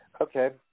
Okay